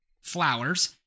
flowers